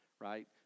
Right